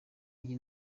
iyi